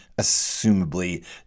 assumably